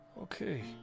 Okay